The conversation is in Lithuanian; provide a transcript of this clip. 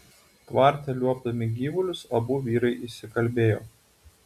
tvarte liuobdami gyvulius abu vyrai įsikalbėjo